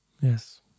Yes